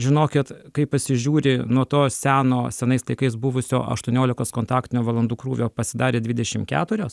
žinokit kai pasižiūri nuo to seno senais laikais buvusio aštuoniolikos kontaktinio valandų krūvio pasidarė dvidešimt keturios